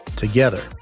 Together